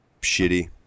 shitty